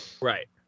right